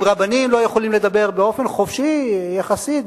אם רבנים לא יכולים לדבר באופן חופשי יחסית,